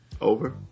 Over